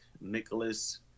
Nicholas